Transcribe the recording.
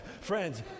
friends